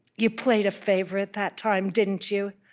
you played a favorite that time, didn't you?